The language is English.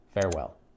farewell